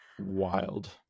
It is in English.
wild